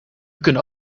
kunnen